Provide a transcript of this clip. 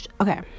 Okay